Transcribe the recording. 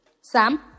Sam